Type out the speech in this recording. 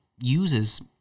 uses